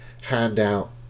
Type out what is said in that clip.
handout